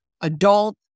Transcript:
adult